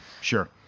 sure